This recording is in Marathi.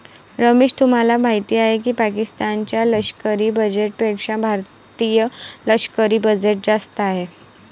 रमेश तुम्हाला माहिती आहे की पाकिस्तान च्या लष्करी बजेटपेक्षा भारतीय लष्करी बजेट जास्त आहे